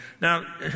Now